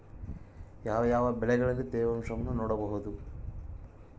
ಯಾವ ಯಾವ ಬೆಳೆಗಳಲ್ಲಿ ತೇವಾಂಶವನ್ನು ನೋಡಬಹುದು?